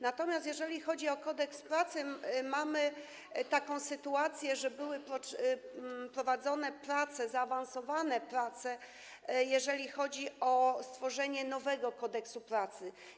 Natomiast jeżeli chodzi o Kodeks pracy, mamy taką sytuację, że były prowadzone prace, zaawansowane prace, jeżeli chodzi o stworzenie nowego Kodeksu pracy.